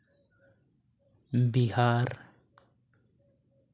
Bihar